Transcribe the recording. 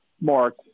Mark